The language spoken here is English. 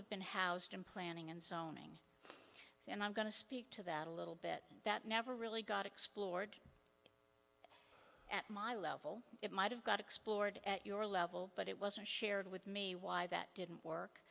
have been housed in planning and zoning and i'm going to speak to that a little bit that never really got explored at my level it might have got explored at your level but it wasn't shared with me why that didn't work